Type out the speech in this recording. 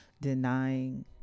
denying